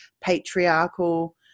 patriarchal